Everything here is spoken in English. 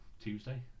Tuesday